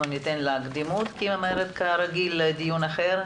ניתן לה קדימות, כי היא הולכת כרגיל לדיון אחר.